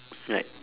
like